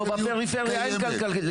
לא, בפריפריה אין כלכליות.